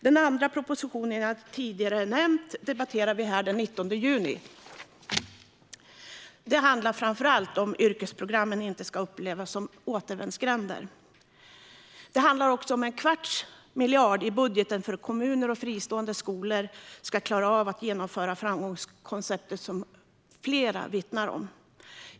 Den andra propositionen, som jag tidigare har nämnt, debatterar vi här den 19 juni. Det handlar framför allt om att yrkesprogrammen inte ska upplevas som återvändsgränder. Det handlar också om en kvarts miljard i budgeten för att kommuner och fristående skolor ska klara av att genomföra framgångskonceptet som flera vittnar om.